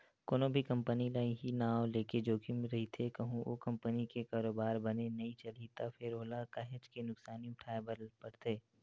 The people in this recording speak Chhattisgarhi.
कोनो भी कंपनी ल इहीं नांव लेके जोखिम रहिथे कहूँ ओ कंपनी के कारोबार बने नइ चलिस त फेर ओला काहेच के नुकसानी उठाय ल परथे